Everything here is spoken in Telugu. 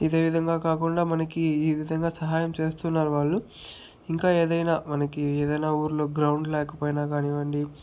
ఇదే విధంగా కాకుండా మనకి ఈ విధంగా సహాయం చేస్తున్నారు వాళ్ళు ఇంకా ఏదైనా మనకి ఏదైనా ఊర్లో గ్రౌండ్ లేకపోయినా కానివ్వండి